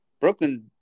Brooklyn